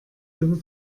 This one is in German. ihre